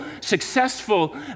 successful